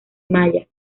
maya